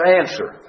answer